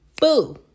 Boo